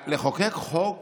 לחוקק חוק